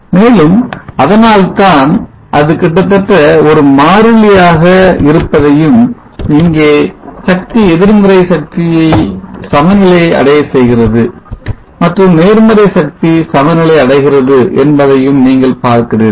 மேலும் அதனால்தான் அது கிட்டத்தட்ட ஒரு மாறிலியாக இருப்பதையும் இங்கே சக்தி எதிர்மறை சத்தியை சமநிலை அடைய செய்கிறது மற்றும் நேர்மறை சக்தி சமநிலை அடைகிறது என்பதையும் நீங்கள் பார்க்கிறீர்கள்